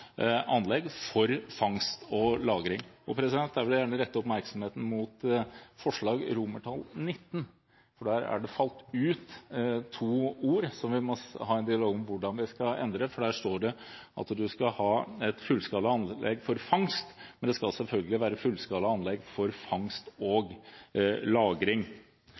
for fangst og lagring. Jeg vil gjerne rette oppmerksomheten mot forslag til XIX, for der er det falt ut to ord. Vi må ha en dialog om hvordan vi skal endre det. Der står det at vi skal ha fullskalaanlegg for fangst, men det skal selvfølgelig være fullskalaanlegg for fangst og lagring.